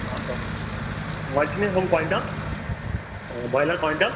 وۄنۍ چھِ نہٕ ہُم کۄینٛٹَل بایلَر کۄینٛٹَل